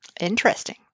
Interesting